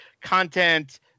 content